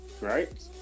Right